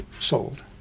sold